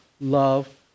love